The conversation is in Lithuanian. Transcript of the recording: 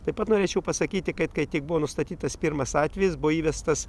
taip pat norėčiau pasakyti kad kai tik buvo nustatytas pirmas atvejis buvo įvestas